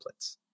templates